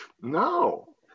No